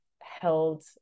held